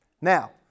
Now